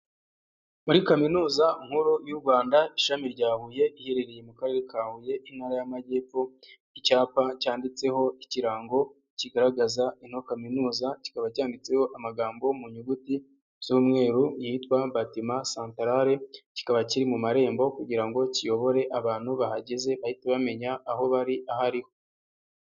Muri Kaminuza Nkuru y'u Rwanda Ishami rya Huye, iherereye mu karere ka Huye, Intara y'Amajyepfo, icyapa cyanditseho ikirango kigaragaza ino kaminuza, kikaba cyanditseho amagambo mu nyuguti z'umweru yitwa: Batiment central, kikaba kiri mu marembo kugira ngo kiyobore abantu bahageze, bahite bamenya aho bari aho ariho.